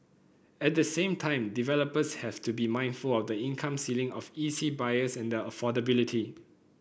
at the same time developers have to be mindful of the income ceiling of E C buyers and their affordability